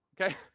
Okay